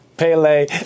Pele